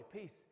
peace